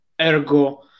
Ergo